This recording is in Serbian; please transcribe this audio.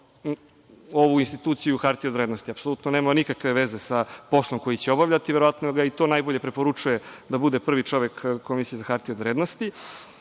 ovu instituciju hartije od vrednosti, apsolutno nema nikakve veze sa poslom koji će obavljati, verovatno ga to i najbolje preporučuje da bude prvi čovek Komisije za hartije od vrednostiAli